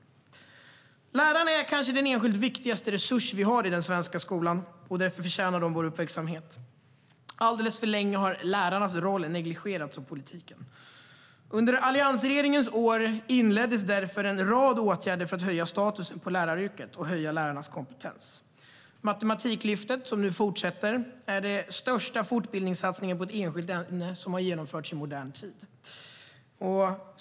Lärarna är kanske den enskilt viktigaste resurs som vi har i den svenska skolan, och därför förtjänar de vår uppmärksamhet. Alldeles för länge har lärarnas roll negligerats av politiken. Under alliansregeringens år inleddes därför en rad åtgärder för att höja statusen på läraryrket och höja lärarnas kompetens. Matematiklyftet, som nu fortsätter, är den största fortbildningssatsningen på ett enskilt ämne som har genomförts i modern tid.